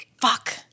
Fuck